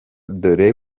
dore